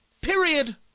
Period